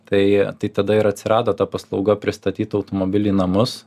tai tai tada ir atsirado ta paslauga pristatyt automobilį į namus